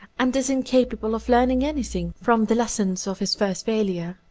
and is incapable of learning anything, from the lessons of his first failure.